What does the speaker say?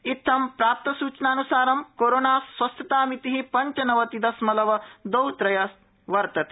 इत्थं प्राप्त सूचनान्सार कोरोनास्वस्थतामितिः पञ्चनवति दशमलव द्वौ त्रय जाता